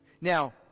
Now